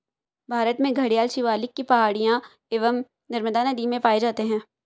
भारत में घड़ियाल शिवालिक की पहाड़ियां एवं नर्मदा नदी में पाए जाते हैं